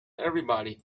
everybody